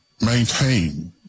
maintain